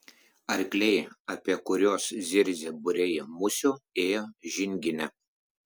arkliai apie kuriuos zirzė būriai musių ėjo žingine